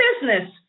business